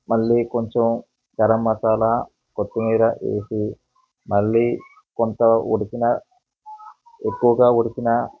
మళ్ళీ కొంచెం గరం మసాలా కొత్తిమీర వేసి మళ్ళీ కొంత ఉడికిన ఎక్కువగా ఉడికిన